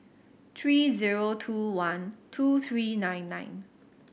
three zero two one two three nine nine